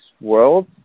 world